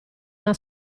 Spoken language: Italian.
una